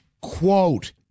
Quote